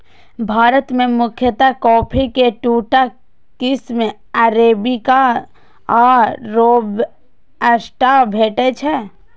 भारत मे मुख्यतः कॉफी के दूटा किस्म अरेबिका आ रोबास्टा भेटै छै